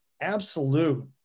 absolute